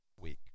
week